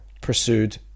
pursued